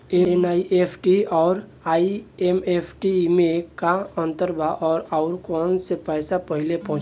NEFT आउर IMPS मे का अंतर बा और आउर कौना से पैसा पहिले पहुंचेला?